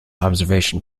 observation